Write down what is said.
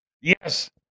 Yes